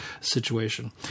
situation